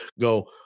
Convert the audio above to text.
go